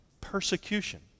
persecution